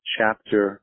Chapter